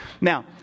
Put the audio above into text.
Now